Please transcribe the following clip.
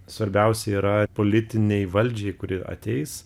svarbiausia yra politinei valdžiai kuri ateis